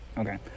Okay